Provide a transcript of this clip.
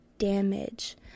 damage